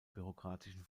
bürokratischen